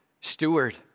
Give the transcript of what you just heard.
steward